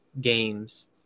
games